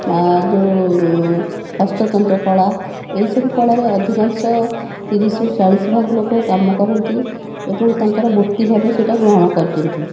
ଆଉ ଯେଉଁ ହସ୍ତତନ୍ତ କଳା ଏହିସବୁ କଳାରେ ଅଧିକାଂଶ ତିରିଶିରୁ ଚାଳିଶି ଭାଗ ଲୋକ କାମ କରନ୍ତି ଏବଂ ତାଙ୍କର ବୃତ୍ତି ଭାବେ ସେଇଟା ଗ୍ରହଣ କରିଛନ୍ତି